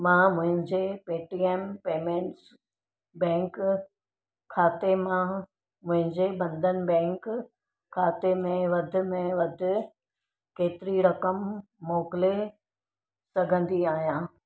मां मुंहिंजे Paytm payments bank खाते मां मुंहिंजे बंधन बैंक खाते में वधि में वधि केतिरी रक़म मोकिले सघंदी आहियां